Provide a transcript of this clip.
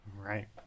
Right